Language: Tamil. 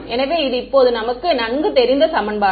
எனவே இது இப்போது நமக்கு நன்கு தெரிந்த சமன்பாடு